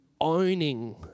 owning